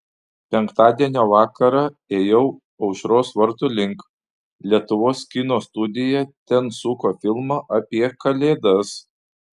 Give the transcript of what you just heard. penktadienio vakarą ėjau aušros vartų link lietuvos kino studija ten suko filmą apie kalėdas